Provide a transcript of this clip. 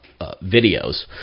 videos